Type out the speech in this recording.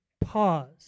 Pause